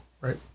Right